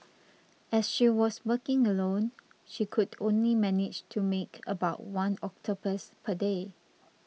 as she was working alone she could only manage to make about one octopus per day